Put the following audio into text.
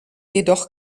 jedoch